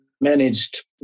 managed